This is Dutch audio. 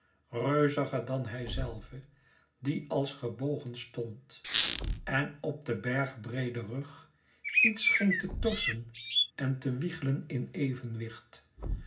reuziger dan hijzelve die als gebogen stond en op den bergbreed en rug iets scheen te torsen en te wiegelen in evenwicht